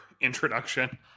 introduction